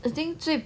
I think 最